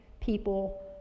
people